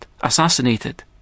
assassinated